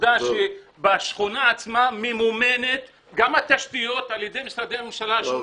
הנקודה שבשכונה עצמה ממומנת גם התשתיות על ידי משרדי הממשלה השונים,